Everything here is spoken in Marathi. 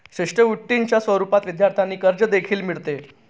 शिष्यवृत्तीच्या स्वरूपात विद्यार्थी कर्ज देखील मिळते